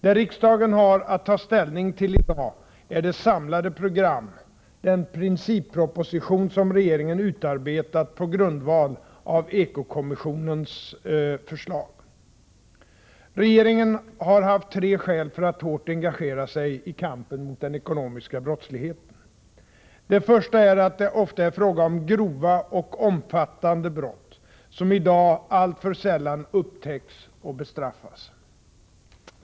Det riksdagen har att ta ställning till i dag är det samlade program, den principproposition, som regeringen utarbetat på grundval av eko-kommissionens förslag. Regeringen har haft tre skäl för att hårt engagera sig i kampen mot den ekonomiska brottsligheten: Det första är att det ofta är fråga om grova och omfattande brott, som i dag alltför sällan upptäcks och bestraffas.